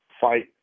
fight